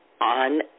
on